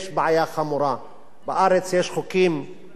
בארץ יש חוקים לא רעים בענייני עבודה,